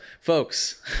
folks